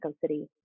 City